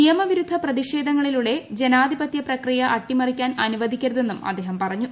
നിയമവിരുദ്ധ പ്രതിഷേധങ്ങളിലൂടെ ജനാധിപത്യ പ്രക്രിയ അട്ടിമറിക്കാൻ അനുവദിക്കരുതെന്നും അദ്ദേഹം പറഞ്ഞു